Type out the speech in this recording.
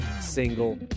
single